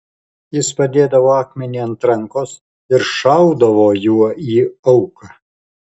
jis padėdavo akmenį ant rankos ir šaudavo juo į auką